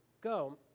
go